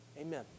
Amen